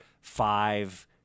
five